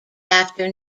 after